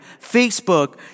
Facebook